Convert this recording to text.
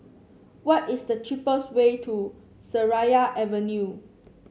what is the cheapest way to Seraya Avenue